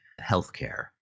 healthcare